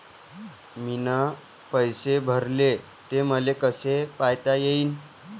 मीन पैसे भरले, ते मले कसे पायता येईन?